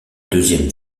deuxième